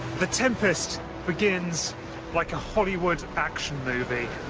the tempest begins like a hollywood action movie.